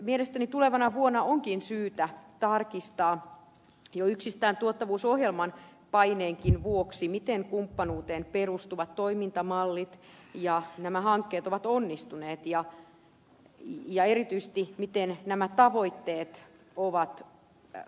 mielestäni tulevana vuonna onkin syytä tarkistaa jo yksistään tuottavuusohjelman paineenkin vuoksi miten kumppanuuteen perustuvat toimintamallit ja nämä hankkeet ovat onnistuneet ja erityisesti miten nämä tavoitteet ovat vaikuttaneet